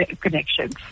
connections